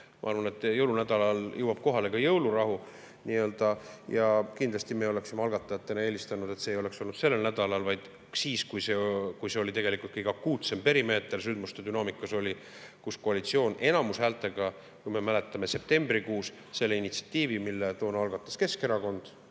Ma arvan, et jõulunädalal jõuab kohale ka jõulurahu. Kindlasti me oleksime algatajatena eelistanud, et see [arutelu] ei oleks olnud sellel nädalal, vaid siis, kui see oli tegelikult kõige akuutsem perimeeter sündmuste dünaamikas, kui koalitsioon enamushäältega, nagu me mäletame, septembrikuus selle initsiatiivi, mille toona algatas Keskerakond,